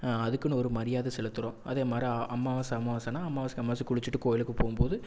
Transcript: அதுக்குன்னு ஒரு மரியாதை செலுத்துகிறோம் அதே மாரி அம்மாவாசை அம்மாவாசைனா அம்மாவாசைக்கி அம்மாவாசைக்கி குளிச்சுட்டு கோவிலுக்கு போகும்போது